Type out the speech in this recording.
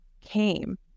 came